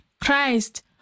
Christ